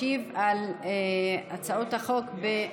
ישיב על הצעות החוק, לא,